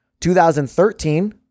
2013